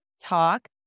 talk